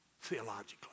theologically